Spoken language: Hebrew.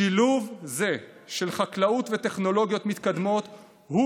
שילוב זה של חקלאות וטכנולוגיות מתקדמות הוא